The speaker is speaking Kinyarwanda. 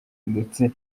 ndetse